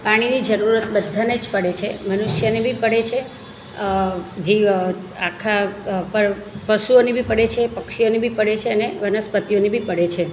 પાણીની જરૂરત બધાને જ પડે છે મનુષ્યને બી પડે છે જીવ આખા પશુઓને બી પડે છે પક્ષીઓને બી પડે છે અને વનસ્પતિઓને બી પડે છે